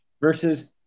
versus